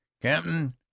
Captain